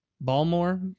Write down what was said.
Balmore